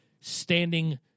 standing